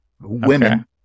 women